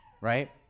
Right